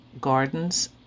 gardens